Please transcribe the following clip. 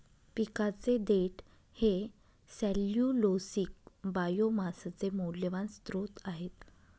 पिकाचे देठ हे सेल्यूलोसिक बायोमासचे मौल्यवान स्त्रोत आहे